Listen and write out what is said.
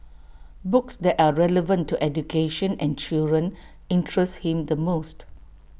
books that are relevant to education and children interest him the most